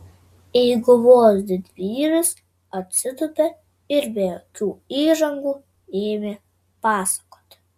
eiguvos didvyris atsitūpė ir be jokių įžangų ėmė pasakoti